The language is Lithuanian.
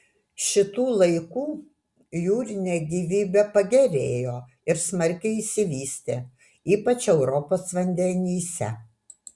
šitų laikų jūrinė gyvybė pagerėjo ir smarkiai išsivystė ypač europos vandenyse